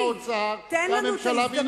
מי שצריך לתת תשובות זה שר האוצר והממשלה,